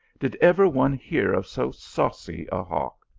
did ever one hear of so saucy a hawk?